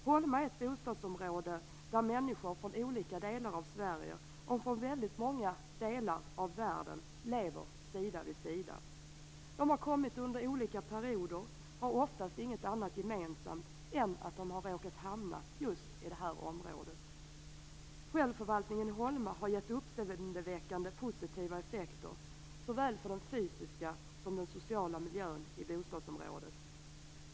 Holma är ett bostadsområde där människor från olika delar av Sverige och från väldigt många delar av världen lever sida vid sida. De har kommit under olika perioder och har oftast inget annat gemensamt än att de har råkat hamna just i det här området. Självförvaltningen i Holma har gett uppseendeväckande positiva effekter såväl för den fysiska som för den sociala miljön i bostadsområdet.